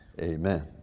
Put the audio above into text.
amen